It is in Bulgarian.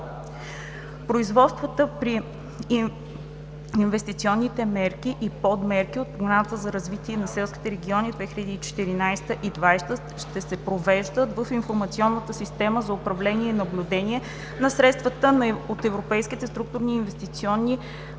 Производствата по инвестиционните мерки и подмерки от Програмата за развитие на селските райони 2014 – 2020 г. ще се провеждат в Информационната система за управление и наблюдение на средствата от европейските структурни и инвестиционни